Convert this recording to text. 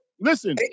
listen